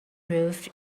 roof